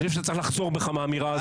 אני חושב שאתה צריך לחזור בך מהאמירה הזאת.